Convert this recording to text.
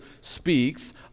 speaks